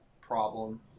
problem